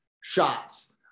shots